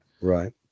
Right